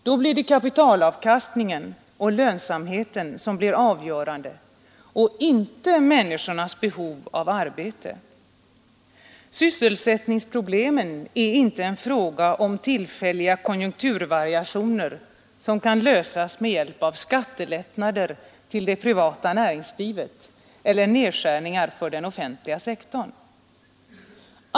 Då blir det kapitalavkastningen och lönsamheten som blir avgörande och inte människornas behov av arbete. Sysselsättningsproblemen är inte en fråga om tillfälliga konjunkturvariationer, som kan lösas med hjälp av skattelättnader till det privata näringslivet eller nedskärningar för den offentliga sektorn.